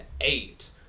eight